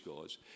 guys